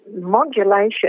modulation